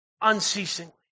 unceasingly